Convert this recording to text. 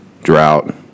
drought